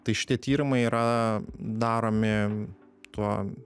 tai šitie tyrimai yra daromi tuo